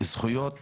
זכויות